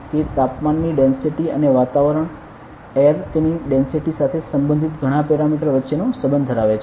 તે તાપમાનની ડેન્સિટિ અને વાતાવરણ એર તેની ડેન્સિટિ સાથે સંબંધિત ઘણા પેરામીટર વચ્ચેનો સંબંધ ધરાવે છે